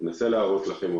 היום